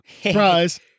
Surprise